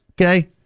okay